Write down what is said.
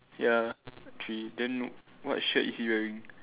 ya three then what shirt is he wearing